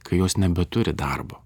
kai jos nebeturi darbo